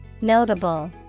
Notable